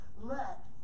Let